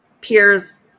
peers